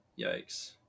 Yikes